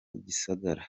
gisagara